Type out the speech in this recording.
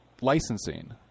licensing